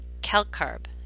calcarb